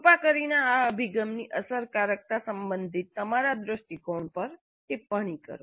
કૃપા કરીને આ અભિગમની અસરકારકતા સંબંધિત તમારા દ્રષ્ટિકોણ પર ટિપ્પણી કરો